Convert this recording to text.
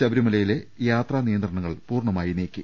ശബരിമലയിലെ യാത്രാ നിയന്ത്രണങ്ങൾ പൂർണമായി നീക്കി